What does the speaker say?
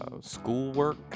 schoolwork